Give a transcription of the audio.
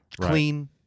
Clean